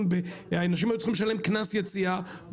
אנשים היו צריכים לשלם קנס יציאה,